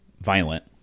violent